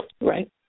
right